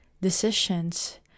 decisions